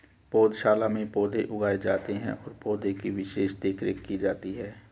पौधशाला में पौधे उगाए जाते हैं और पौधे की विशेष देखरेख की जाती है